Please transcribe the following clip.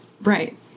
Right